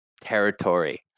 territory